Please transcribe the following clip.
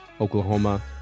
Oklahoma